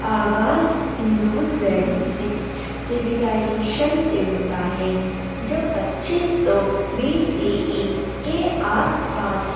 آغاز Indus valley سے civilization سے ہوتا ہے جو پچیس سو بی سی ای کے آس پاس